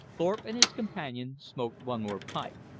thorpe and his companion smoked one more pipe.